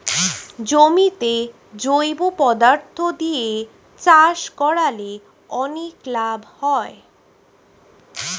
জমিতে জৈব পদার্থ দিয়ে চাষ করলে অনেক লাভ হয়